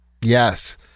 Yes